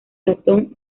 ratón